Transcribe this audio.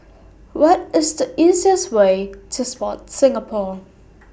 What IS The easiest Way to Sport Singapore